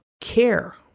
care